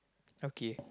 okay